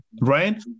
right